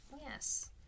Yes